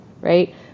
Right